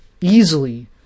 easily